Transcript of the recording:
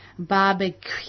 Barbecue